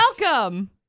welcome